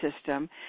system